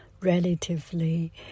Relatively